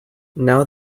now